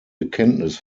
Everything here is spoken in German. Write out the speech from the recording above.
bekenntnis